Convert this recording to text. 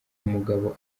umugabo